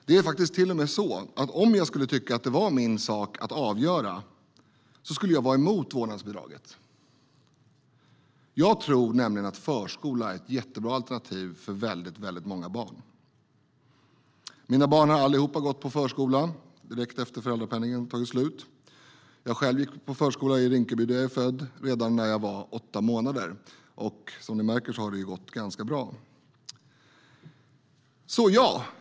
Det är faktiskt till och med så att om jag skulle tycka att det var min sak att avgöra det skulle jag vara emot vårdnadsbidraget. Jag tror nämligen att förskolan är ett mycket bra alternativ för väldigt många barn. Alla mina barn har gått i förskola och började där direkt efter att föräldrapenningen hade tagit slut. Jag själv gick i förskola i Rinkeby, där jag är född, och började redan när jag var åtta månader. Och som ni märker har det gått ganska bra.